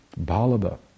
Balaba